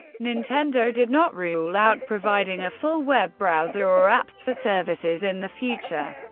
nintendo did not rule out providing a full web browser or apps for services in the future,